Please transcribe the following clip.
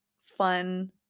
fun